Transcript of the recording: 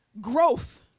growth